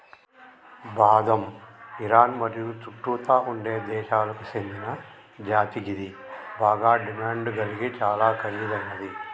బాదం ఇరాన్ మరియు చుట్టుతా ఉండే దేశాలకు సేందిన జాతి గిది బాగ డిమాండ్ గలిగి చాలా ఖరీదైనది